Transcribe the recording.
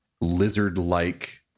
lizard-like